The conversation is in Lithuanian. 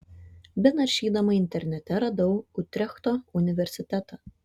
benaršydama internete radau utrechto universitetą